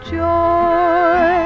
joy